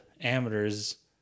amateurs